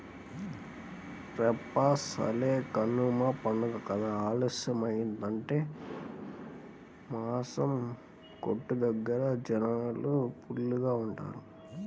రేపసలే కనమ పండగ కదా ఆలస్యమయ్యిందంటే మాసం కొట్టు దగ్గర జనాలు ఫుల్లుగా ఉంటారు